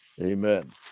Amen